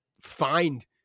find